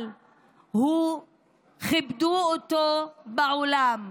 כיבדו אותו בעולם.